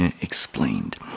explained